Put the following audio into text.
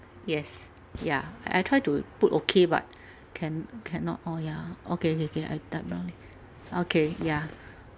yes yeah I try to put okay but can~ cannot orh yeah okay K K I type lah okay yeah